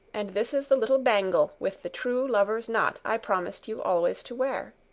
and this is the little bangle with the true lover's knot i promised you always to wear.